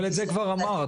את זה כבר אמרת.